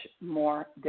more